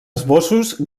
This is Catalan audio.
esbossos